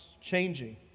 changing